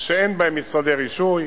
שאין בהם משרדי רישוי,